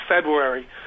February